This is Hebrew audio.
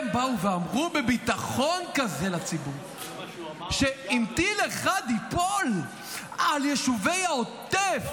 הם באו ואמרו בביטחון כזה לציבור שאם טיל אחד ייפול על יישובי העוטף,